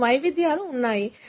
మీకు వైవిధ్యాలు ఉన్నాయి